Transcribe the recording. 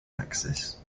axis